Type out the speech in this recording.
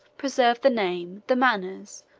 preserved the name, the manners,